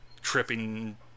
tripping